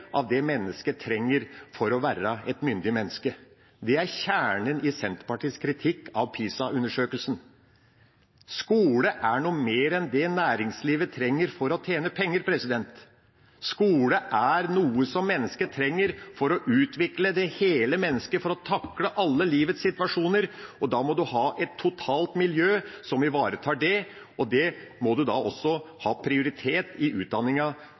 av det mennesket trenger for å være et myndig menneske. Det er kjernen i Senterpartiets kritikk av PISA-undersøkelsen. Skole er noe mer enn det næringslivet trenger for å tjene penger. Skole er noe som mennesket trenger for å utvikle hele mennesket, for å takle alle livets situasjoner. Da må en ha et totalt miljø som ivaretar det, og det må da også ha prioritet i